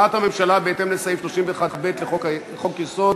הממשלה, בהתאם לסעיף 31(ב) לחוק-יסוד: